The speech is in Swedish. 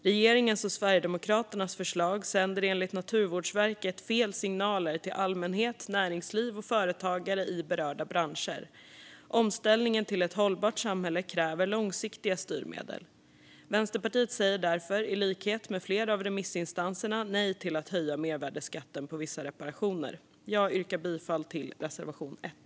Regeringens och Sverigedemokraternas förslag sänder enligt Naturvårdsverket fel signaler till allmänhet, näringsliv och företagare i berörda branscher. Omställningen till ett hållbart samhälle kräver långsiktiga styrmedel. Vänsterpartiet säger därför, i likhet med flera av remissinstanserna, nej till att höja mervärdesskatten på vissa reparationer. Jag yrkar bifall till reservation 1.